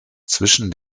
zwischen